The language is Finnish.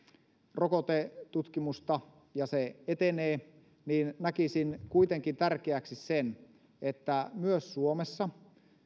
rokotetutkimusta ja se etenee näkisin kuitenkin tärkeäksi sen että myös suomessa